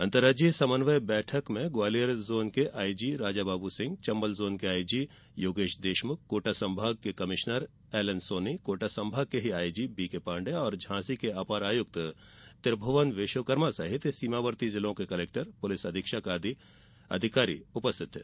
अर्तराज्यीय समन्वय बैठक बैठक में ग्वालियर जोन के आईजी राजाबाबू सिंह चंबल जोन के आईजी योगेश देशमुख कोटा संभाग के कमिश्नर एलएनसोनी कोटा संभाग के आईजी बीकेपाण्डे झांसी के अपर आयुक्त त्रिभुवन विश्वकर्मा सहित सीमावर्ती जिलों के कलेक्टर पुलिस अधीक्षक आदि अधिकारी उपस्थित थे